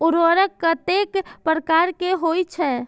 उर्वरक कतेक प्रकार के होई छै?